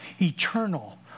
eternal